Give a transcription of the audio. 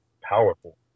powerful